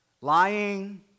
lying